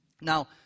Now